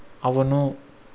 అవును